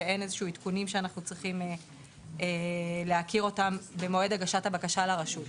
ושאין עדכונים שאנחנו צריכים להכיר אותם במועד הגשת הבקשה לרשות.